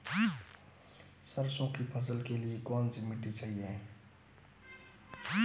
सरसों की फसल के लिए कौनसी मिट्टी सही हैं?